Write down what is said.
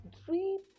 dream